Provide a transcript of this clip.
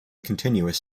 continuous